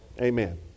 Amen